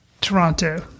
Toronto